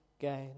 gain